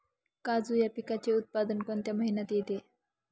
काजू या पिकाचे उत्पादन कोणत्या महिन्यात येते?